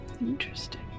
Interesting